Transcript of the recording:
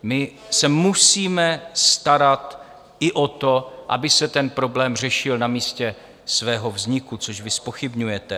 My se musíme starat i o to, aby se ten problém řešil na místě svého vzniku, což vy zpochybňujete.